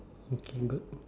okay good